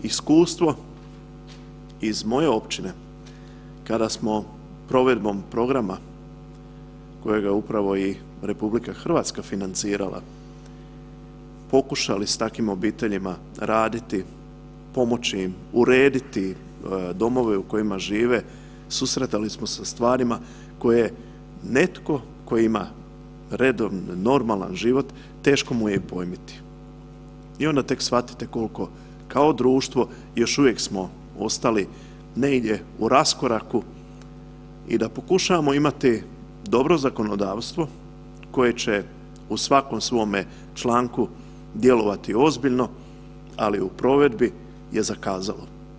Iskustvo iz moje općine kada smo provedbom programa kojega je upravo i RH financirala, pokušali s takvim obiteljima raditi, pomoći ih, urediti domove u kojima žive, susretali smo se sa stvarima koje netko tko ima redovan normalan život, teško mu je i pojmiti i onda tek shvatite koliko kao društvo još uvijek smo ostali negdje u raskoraku i da pokušavamo imati dobro zakonodavstvo koje će u svakom svome članku djelovati ozbiljno, ali u provedbi je zakazalo.